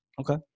Okay